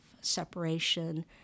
separation